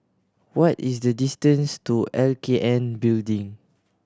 what is the distance to L K N Building